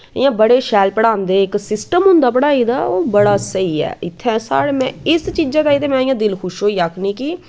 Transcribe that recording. इयां बड़े शैल पढ़ांदे इक सिस्टम होंदा पढ़ाई दा ओह् बड़ा स्होई ऐ इत्थैं साढ़े मैं इस चीजा लेई ते मैं इयां दिल खुश होईयै आक्खनी कि